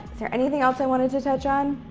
there anything else i wanted to touch on?